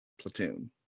platoon